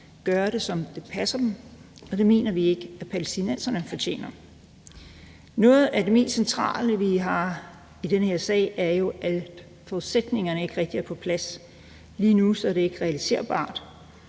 gøre det, som det passer den, og det mener vi ikke at palæstinenserne fortjener. Noget af det mest centrale, vi har i den her sag, er jo, at forudsætningerne ikke rigtig er på plads. Lige nu er det ikke realiserbart,